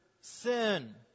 sin